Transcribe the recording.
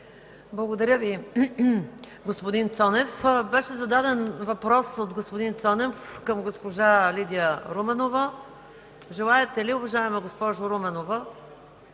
Благодаря Ви, господин Цонев. Беше зададен въпрос от господин Цонев към госпожа Лидия Руменова. Уважаема госпожо Руменова,